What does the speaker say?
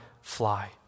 fly